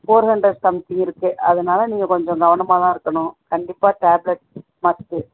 four hundred something இருக்கு அதனால் நீங்கள் கொஞ்சம் கவனமாகதான் இருக்கணும் கண்டிப்பாக டேப்ளெட்ஸ் மஸ்ட்டு